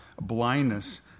blindness